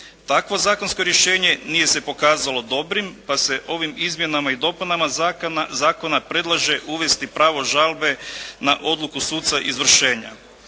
Takvo zakonsko rješenje nije se pokazalo dobrim pa se ovim izmjenama i dopunama zakona predlaže uvesti pravo žalbe na odluku suca izvršenja.